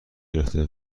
گرفته